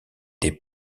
des